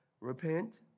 repent